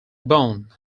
bone